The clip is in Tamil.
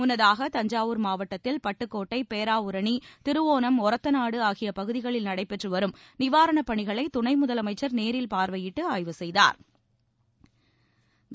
முன்னதாக தஞ்சாவூர் மாவட்டத்தில் பட்டுக்கோட்டை பேராவூரணி திருவோணம் ஒரத்தநாடு ஆகிய பகுதிகளில் நடைபெற்றுவரும் நிவாரணப் பணிகளை துணை முதலமைச்ச் நேரில் பார்வையிட்டு ஆய்வு செய்தாள்